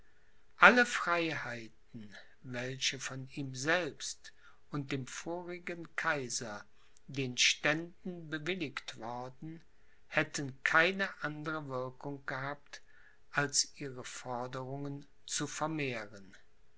alle freiheiten welche von ihm selbst und dem vorigen kaiser den ständen bewilligt worden hätten keine andere wirkung gehabt als ihre forderungen zu vermehren